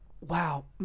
Wow